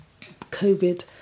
COVID